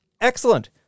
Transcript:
Excellent